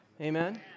Amen